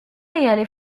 aller